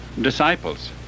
disciples